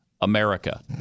America